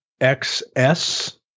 XS